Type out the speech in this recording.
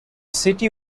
city